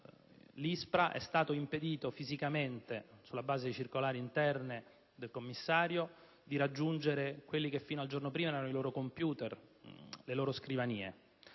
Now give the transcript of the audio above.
l'ISPRA è stato impedito fisicamente, sulla base di circolari interne del commissario, di raggiungere quelli che fino al giorno prima erano i loro computer, le loro scrivanie.